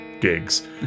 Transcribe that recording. gigs